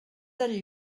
del